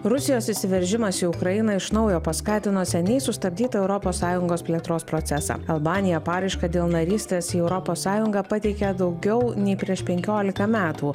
rusijos įsiveržimas į ukrainą iš naujo paskatino seniai sustabdytą europos sąjungos plėtros procesą albanija paraišką dėl narystės į europos sąjungą pateikė daugiau nei prieš penkiolika metų